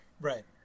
Right